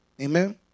Amen